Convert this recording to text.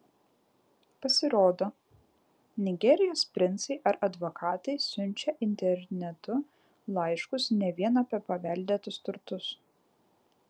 pasirodo nigerijos princai ar advokatai siunčia internetu laiškus ne vien apie paveldėtus turtus